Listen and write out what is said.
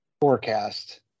forecast